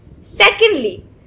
Secondly